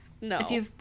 No